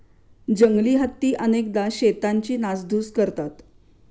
जंगली हत्ती अनेकदा शेतांची नासधूस करतात